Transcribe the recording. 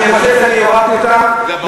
אני חושב שאני עוררתי אותם,